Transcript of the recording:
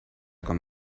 com